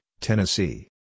Tennessee